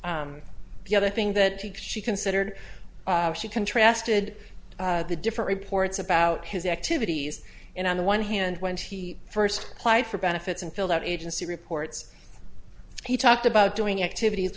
s the other thing that she considered she contrasted the different reports about his activities and on the one hand when she first apply for benefits and filled out agency reports he talked about doing activities